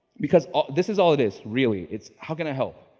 because ah this is all it is really. it's how can i help?